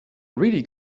really